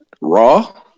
Raw